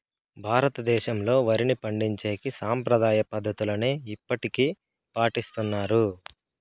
భారతదేశంలో, వరిని పండించేకి సాంప్రదాయ పద్ధతులనే ఇప్పటికీ పాటిస్తన్నారు